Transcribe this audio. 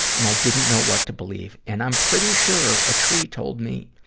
and i didn't know what to believe. and i'm pretty sure a tree told me,